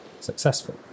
successful